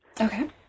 Okay